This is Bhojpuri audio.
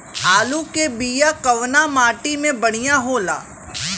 आलू के बिया कवना माटी मे बढ़ियां होला?